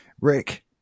rick